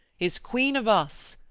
is queen of us,